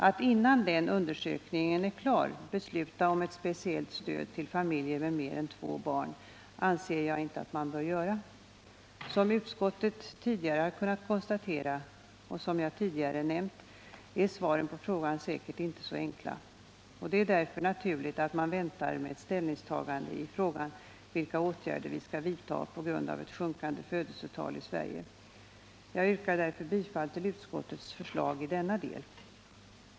Att innan den undersökningen är klar besluta om ett speciellt stöd till familjer med mer än två barn anser jag inte att man bör göra. Som utskottet tidigare har kunnat konstatera, och som jag tidigare nämnt, är svaren på frågan säkert inte så enkla. Det är därför naturligt att man väntar med ett ställningstagande i frågan om vilka åtgärder vi skall vidta på grund av ett sjunkande födelsetal i Sverige. Jag yrkar därför bifall till utskottets förslag i denna del.